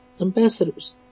ambassadors